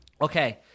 Okay